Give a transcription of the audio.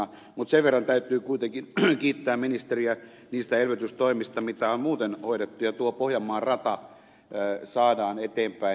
mutta sen verran täytyy kuitenkin kiittää ministeriä niistä elvytystoimista mitä on muuten hoidettu ja tuo pohjanmaan rata saadaan eteenpäin